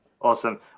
Awesome